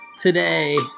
Today